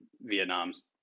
Vietnam's